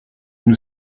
nous